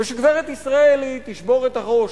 ושגברת ישראלי תשבור את הראש,